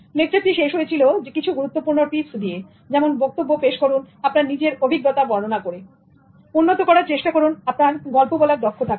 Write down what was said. লেকচারটি শেষ হয়েছিল কিছু গুরুত্বপূর্ণ টিপস দিয়ে যেমন বক্তব্য পেশ করুন আপনার নিজের অভিজ্ঞতা বর্ণনা করে উন্নত করার চেষ্টা করুন আপনার গল্প বলার দক্ষতা কে